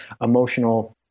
emotional